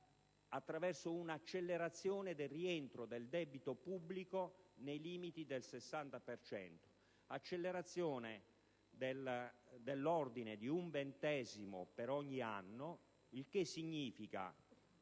attraverso una accelerazione del rientro del debito pubblico nei limiti del 60 per cento, accelerazione dell'ordine di un ventesimo per ogni anno. Ciò significa